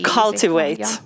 cultivate